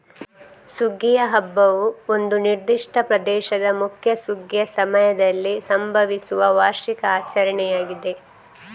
ಸುಗ್ಗಿಯ ಹಬ್ಬವು ಒಂದು ನಿರ್ದಿಷ್ಟ ಪ್ರದೇಶದ ಮುಖ್ಯ ಸುಗ್ಗಿಯ ಸಮಯದಲ್ಲಿ ಸಂಭವಿಸುವ ವಾರ್ಷಿಕ ಆಚರಣೆಯಾಗಿದೆ